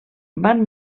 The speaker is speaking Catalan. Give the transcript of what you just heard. van